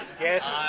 Yes